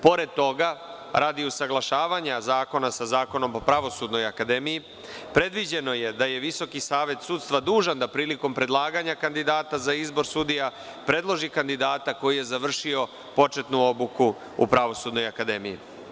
Pored toga, radi usaglašavanja zakona sa zakonom po Pravosudnoj akademiji, predviđeno je da je Visoki savet sudstva dužan da prilikom predlaganja kandidata za izbor sudija predloži kandidata koji je završio početnu obuku u Pravosudnoj akademiji.